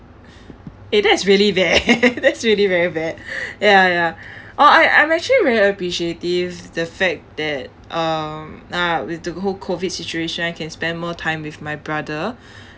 eh that is really bad that is really very bad ya ya oh I I am actually very appreciative the fact that um ah with the whole COVID situation I can spend more time with my brother